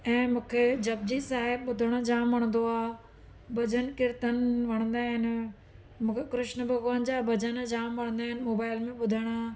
ऐं मूंखे जपजी साहिब ॿुधणु जामु वणंदो आहे भॼनु कीर्तन वणंदा आहिनि मूंखे कृष्ण भॻवान जा भॼन जामु वणंदा आहिनि मोबाइल में ॿुधणु